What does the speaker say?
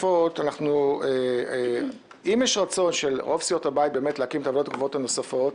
אם יש רצון של רוב סיעות הבית באמת להקים את הוועדות הקבועות הנוספות,